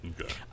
Okay